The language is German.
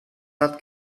hat